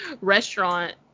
restaurant